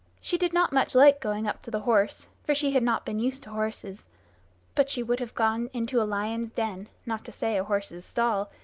she did not much like going up to the horse, for she had not been used to horses but she would have gone into a lion's den, not to say a horse's stall,